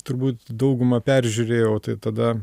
turbūt daugumą peržiūrėjau tai tada